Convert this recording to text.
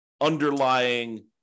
underlying